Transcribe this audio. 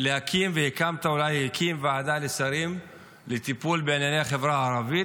והקמת אולי ועדה לשרים לטיפול בענייני החברה הערבית,